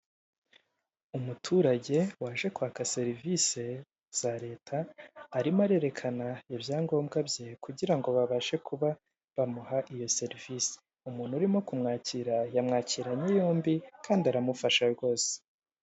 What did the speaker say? Umuturage waje kwaka serivise za leta arimo arerekana ibyangombwa bye kugira ngo babashe kuba bamuha iyo serivisi, umuntu urimo kumwakira yamwakiranye yombi kandi aramufasha rwose.